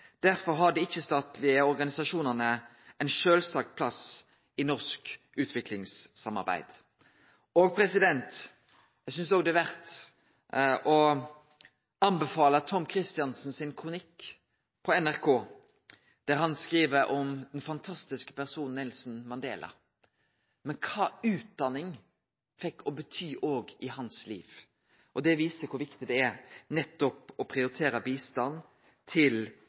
Derfor har dei ikkje-statlege organisasjonane ein sjølvsagt plass i norsk utviklingssamarbeid. Eg synest òg det er verdt å anbefale kronikken til Tomm Kristiansen på nrk.no, der han skriv om den fantastiske personen Nelson Mandela, og om kva utdanning fekk å bety òg i livet hans. Det viser kor viktig det er nettopp å prioritere bistand til